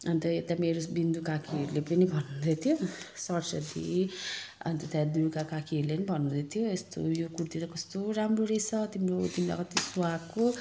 अन्त यो त मेरो बिन्दु काकीहरूले पनि भन्नु हुँदै थियो सरस्वती अन्त त्यहाँ दुर्गा काकीहरूले भन्नु हुँदै थियो यस्तो यो कुर्ती त कस्तो राम्रो रहेछ तिम्रो तिमीलाई कति सुहाएको